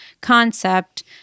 concept